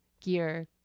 gear